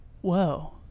Whoa